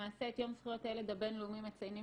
למעשה את יום זכויות הילד הבינלאומי מציינים